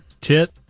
Tit